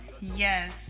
Yes